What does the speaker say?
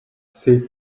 c’est